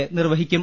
A നിർവഹിക്കും